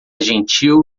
gentil